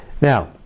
Now